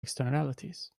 externalities